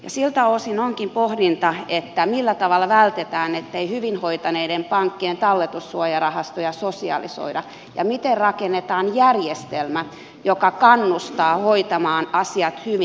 siltä osin onkin pohdittava millä tavalla vältetään se ettei hyvin hoitaneiden pankkien talletussuojarahastoja sosialisoida ja miten rakennetaan järjestelmä joka kannustaa hoitamaan asiat hyvin